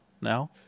now